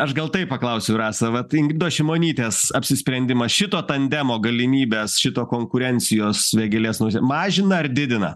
aš gal taip paklausiu rasa vat ingridos šimonytės apsisprendimas šito tandemo galimybes šito konkurencijos vėgėlės nausė mažina ar didina